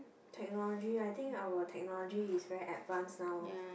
technology I think our technology is very advanced now